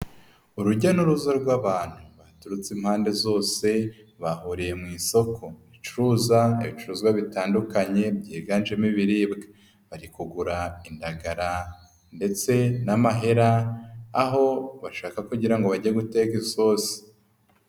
Urujya n'uruza rw'abantu baturutse impande zose bahuriye mu isoko ricuruza ibicuruzwa bitandukanye byiganjemo ibiribwa, bari kugura indagara ndetse n'amahera aho bashaka kugira ngo bajye guteka isosi.